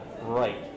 right